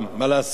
מה לעשות?